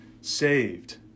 saved